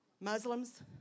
Muslims